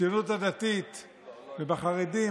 הציונות הדתית והחרדים,